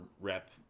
rep